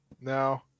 No